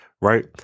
right